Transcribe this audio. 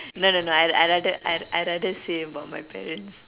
no no no I I like that I rather say about my parents